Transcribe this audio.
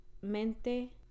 mente